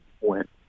went